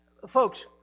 Folks